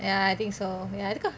ya I think so ya